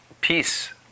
Peace